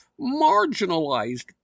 marginalized